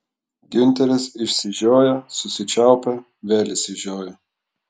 giunteris išsižioja susičiaupia vėl išsižioja